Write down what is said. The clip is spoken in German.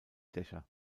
dächer